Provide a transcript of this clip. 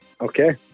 Okay